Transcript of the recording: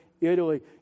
Italy